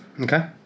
Okay